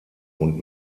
und